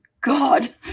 God